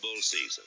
season